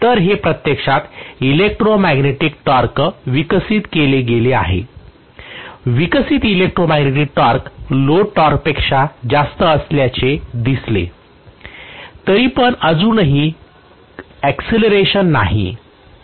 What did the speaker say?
तर हे प्रत्यक्षात इलेक्ट्रोमॅग्नेटिक टॉर्क विकसित केले गेले आहे विकसित इलेक्ट्रोमॅग्नेटिक टॉर्क लोड टॉर्कपेक्षा जास्त असल्याचे दिसते तरीपण तेथे अजूनही ऑकसिलरेशन असेल